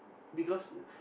because